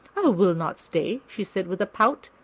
will not stay, she said, with a pout,